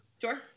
Sure